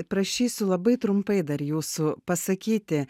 prašysiu labai trumpai dar jūsų pasakyti